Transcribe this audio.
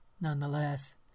nonetheless